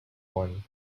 one